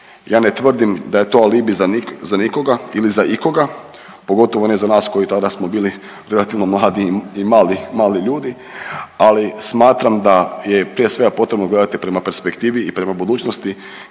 Ja ne tvrdim da je to alibi za nikoga ili za ikoga, pogotovo ne za nas koji tada smo bili relativno mladi i mali ljudi, ali smatram da je prije svega, potrebno gledati prema perspektivi i prema budućnosti